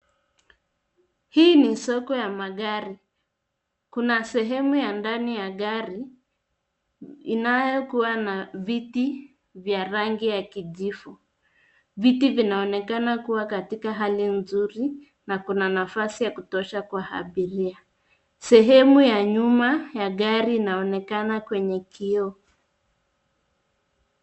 Hii ni soko ya magari. Kuna sehemu ya ndani ya gari inayokuwa na viti vya rangi ya kijivu. Viti vinaonekana kuwa katika hali nzuri na kuna nafasi ya kutosha kwa abiria. Sehemu ya nyuma ya gari inaonekana kwenye kioo.